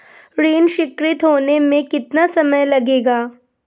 ऋण स्वीकृत होने में कितना समय लगेगा?